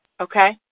Okay